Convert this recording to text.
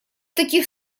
таких